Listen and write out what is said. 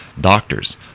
doctors